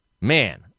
man